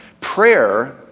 Prayer